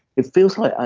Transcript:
it feels like. ah